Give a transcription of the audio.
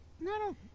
No